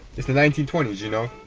it's the nineteen twenty s you know.